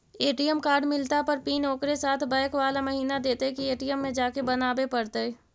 ATM card मिलला पर pin ओकरे साथे बैक बाला महिना देतै कि ए.टी.एम में जाके बना बे पड़तै?